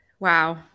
Wow